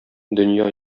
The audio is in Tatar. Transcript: дөнья